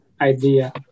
idea